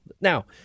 now